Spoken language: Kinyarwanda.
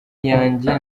yanjye